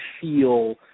feel